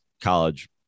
college